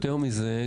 יותר מזה,